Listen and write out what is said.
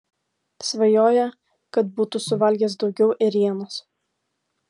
svajoja kad būtų suvalgęs daugiau ėrienos